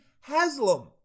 haslam